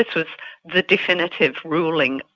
this was the definitive ruling,